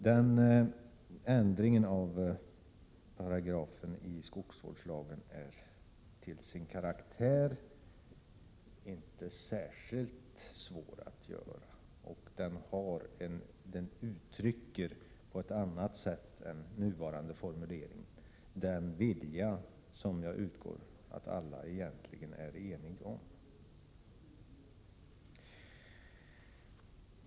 Denna ändring av ifrågavarande paragraf iskogsvårdslagen är till sin karaktär sådan att den inte är särskilt svår att göra. Och den uttrycker på ett annat sätt än den nuvarande formuleringen den vilja som jag utgår ifrån att alla egentligen är eniga om.